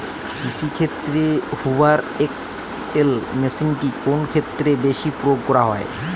কৃষিক্ষেত্রে Hoover XL মেশিনটি কোন ক্ষেত্রে বেশি প্রয়োগ করা হয়?